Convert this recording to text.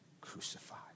crucified